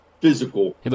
physical